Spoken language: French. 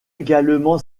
également